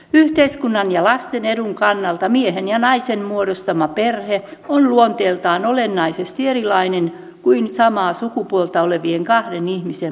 yhteiskunnan ja lasten edun kannalta miehen ja naisen muodostama perhe on luonteeltaan olennaisesti erilainen kuin samaa sukupuolta olevien kahden ihmisen muodostama parisuhde